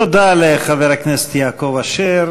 תודה לחבר הכנסת יעקב אשר,